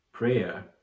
prayer